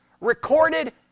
recorded